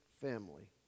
family